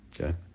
Okay